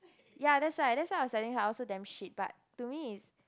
ya that's why that's why I was telling her I also damn shit but to me is